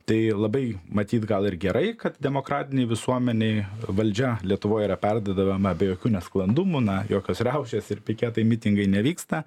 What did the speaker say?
tai labai matyt gal ir gerai kad demokratinėj visuomenėj valdžia lietuvoj yra perduodadama be jokių nesklandumų na jokios riaušės ir piketai mitingai nevyksta